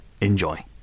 enjoy